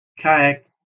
Kayak